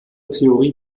theorie